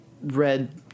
red